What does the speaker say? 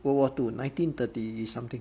world war two nineteen thirty something